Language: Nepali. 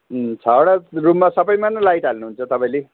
अँ छवटा रुममा सबैमा नै लाइट हाल्नु हुन्छ तपाईँले